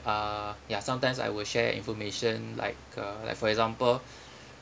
uh ya sometimes I will share information like uh like for example